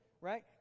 right